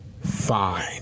fine